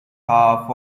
half